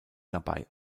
dabei